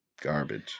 Garbage